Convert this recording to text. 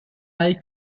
hay